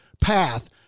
path